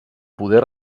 poder